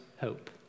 hope